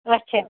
اچھا